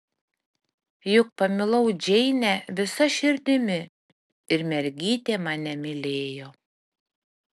juk pamilau džeinę visa širdimi ir mergytė mane mylėjo